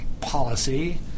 policy